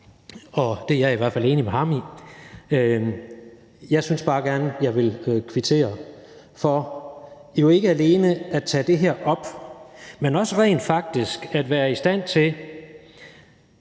og det er jeg i hvert fald enig med ham i. Jeg synes bare gerne, jeg vil kvittere for jo ikke alene at tage det her op, men også rent faktisk at være i stand til